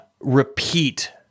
repeat